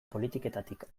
politiketatik